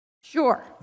Sure